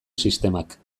sistemak